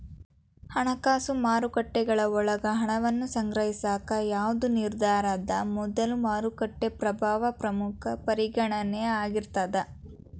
ಹಣಕಾಸು ಮಾರುಕಟ್ಟೆಗಳ ಒಳಗ ಹಣವನ್ನ ಸಂಗ್ರಹಿಸಾಕ ಯಾವ್ದ್ ನಿರ್ಧಾರದ ಮೊದಲು ಮಾರುಕಟ್ಟೆ ಪ್ರಭಾವ ಪ್ರಮುಖ ಪರಿಗಣನೆ ಆಗಿರ್ತದ